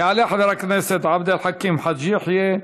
יעלה חבר הכנסת עבד אל חכים חאג' יחיא,